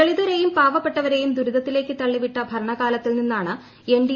ദലിതരെയും പാവപ്പെട്ടവരേയും ദുരിത്തിലേക്ക് തള്ളിവിട്ട ഭരണകാലത്തിൽ നിന്നാണ് എൻ ്യൂഡി